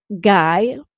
guy